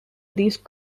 these